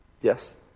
Yes